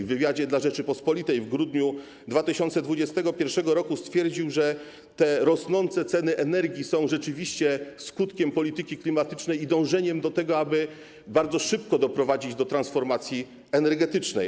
W wywiadzie dla „Rzeczpospolitej” w grudniu 2021 r. stwierdził, że rosnące ceny energii są rzeczywiście skutkiem polityki klimatycznej i dążenia do tego, aby bardzo szybko doprowadzić do transformacji energetycznej.